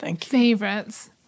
favorites